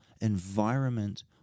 environment